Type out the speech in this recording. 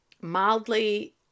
mildly